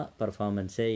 performance